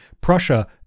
Prussia